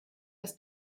das